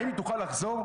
האם היא תוכל לחזור?